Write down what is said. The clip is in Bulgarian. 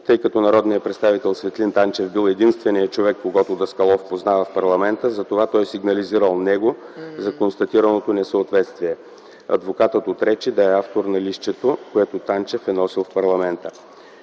Тъй като народният представител Светлин Танчев бил единственият човек, когото Даскалов познава в парламента, затова той сигнализирал него за констатираното несъответствие. Адвокатът отрече да е автор на листчето, което Танчев е носил в парламента.